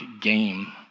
game